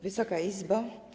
Wysoka Izbo!